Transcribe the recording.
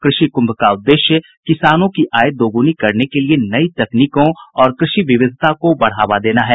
कृषि कुंभ का उद्देश्य किसानों की आय दोगुनी करने के लिए नई तकनीकों और कृषि विविधता को बढ़ावा देना है